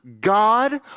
God